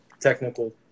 technical